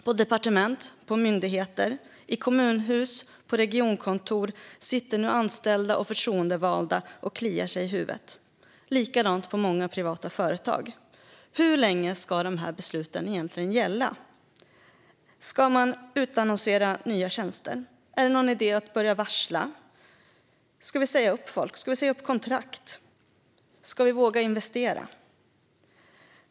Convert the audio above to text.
På departement, i myndigheter, i kommunhus och på regionkontor sitter nu anställda och förtroendevalda och kliar sig i huvudet. Likadant är det på många privata företag. Hur länge ska de här besluten egentligen gälla? Ska man utannonsera nya tjänster? Är det någon idé att börja varsla? Ska man säga upp folk? Ska man säga upp kontrakt? Ska man våga investera?